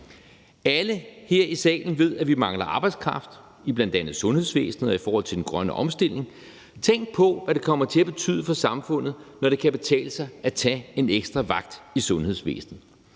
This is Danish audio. Alle her i salen ved, at vi mangler arbejdskraft i bl.a. sundhedsvæsenet og i forhold til den grønne omstilling. Tænk på, hvad det kommer til at betyde for samfundet, når det kan betale sig at tage en ekstra vagt i sundhedsvæsenet,